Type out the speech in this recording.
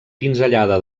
pinzellada